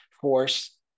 force